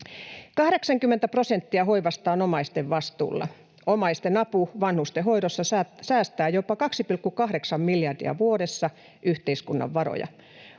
80 prosenttia hoivasta on omaisten vastuulla. Omaisten apu vanhustenhoidossa säästää yhteiskunnan varoja